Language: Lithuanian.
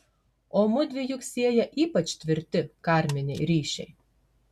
o mudvi juk sieja ypač tvirti karminiai ryšiai